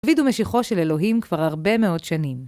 דוד הוא משיחו של אלוהים כבר הרבה מאוד שנים.